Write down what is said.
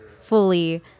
fully